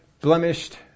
blemished